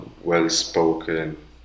well-spoken